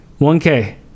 1K